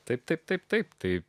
taip taip taip taip taip